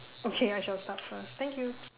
okay I shall start first thank you